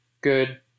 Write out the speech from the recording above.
good